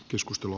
keskustelu